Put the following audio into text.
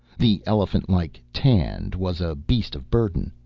the elephant-like tand was a beast of burden,